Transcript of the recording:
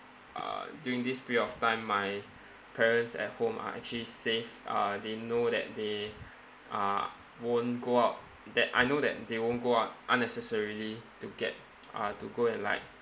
uh during this period of time my parents at home are actually safe uh they know that they uh won't go out that I know that they won't go out unnecessarily to get uh to go and like